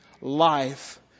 life